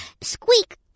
Squeak